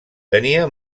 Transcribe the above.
tenia